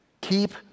Keep